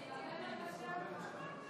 48 בעד, 63 נגד.